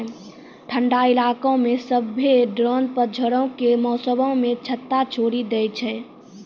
ठंडा इलाका मे सभ्भे ड्रोन पतझड़ो के मौसमो मे छत्ता छोड़ि दै छै